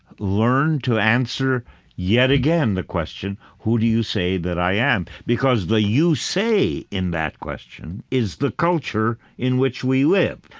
learn to answer yet again the question who do you say that i am? because the you say in that question is the culture in which we live.